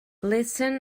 listen